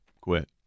quit